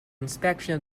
inspection